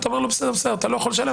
אתה אומר לו: אתה לא יכול לשלם?